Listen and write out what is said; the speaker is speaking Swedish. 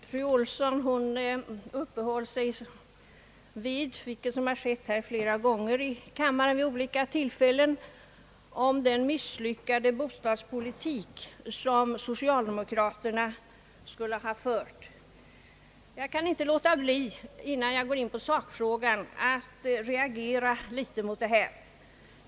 Herr talman! Fru Olsson uppehöll sig — vilket skett i olika sammanhang här i kammaren — vid den misslyckade bostadspolitik "som = socialdemokraterna skulle ha fört. Jag kan inte låta bli att reagera litet mot detta tal, innan jag går in på sakfrågan.